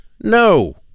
No